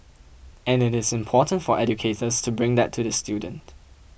and it is important for educators to bring that to the student